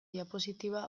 diapositiba